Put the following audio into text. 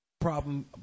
Problem